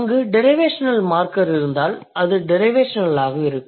அங்கு derivational marker இருந்தால் அது டிரைவேஷனலாகவே இருக்கும்